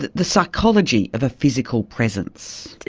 the psychology of a physical presence?